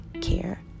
care